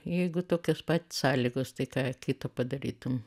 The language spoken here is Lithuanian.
jeigu tokios pat sąlygos tai ką kito padarytum